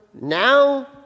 now